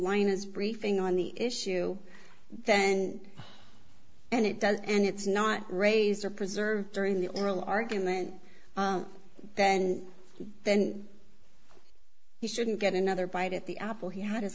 linus briefing on the issue then and it does and it's not razor preserved during the oral argument and then he shouldn't get another bite at the apple he had his